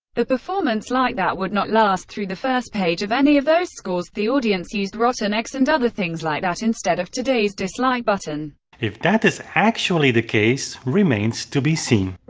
the performance like that would not last through the first page of any of those scores the audience used rotten eggs and other things like that instead of today's dislike button if that is actually the case remains to be seen.